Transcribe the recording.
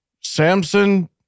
Samson